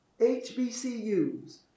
HBCUs